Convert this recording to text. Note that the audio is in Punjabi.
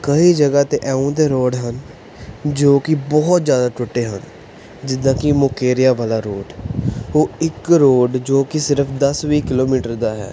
ਕਈ ਜਗ੍ਹਾ 'ਤੇ ਇਉਂ ਦੇ ਰੋਡ ਹਨ ਜੋ ਕਿ ਬਹੁਤ ਜ਼ਿਆਦਾ ਟੁੱਟੇ ਹਨ ਜਿੱਦਾਂ ਕਿ ਮੁਕੇਰੀਆਂ ਵਾਲਾ ਰੋਡ ਉਹ ਇੱਕ ਰੋਡ ਜੋ ਕਿ ਸਿਰਫ ਦਸ ਵੀਹ ਕਿਲੋਮੀਟਰ ਦਾ ਹੈ